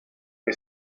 che